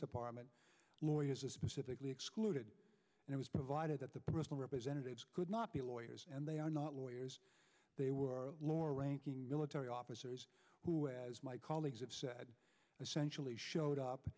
department lawyers specifically excluded it was provided that the personal representatives could not be lawyers and they are not lawyers they were lower ranking military officers who as my colleagues said essential he showed up